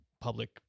Public